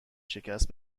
شکست